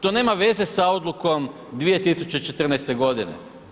To nema veze sa odlukom 2014. godine.